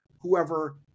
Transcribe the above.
whoever